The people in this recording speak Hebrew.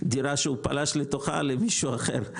דירה שהוא פלש לתוכה למישהו אחר.